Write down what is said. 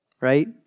right